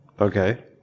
Okay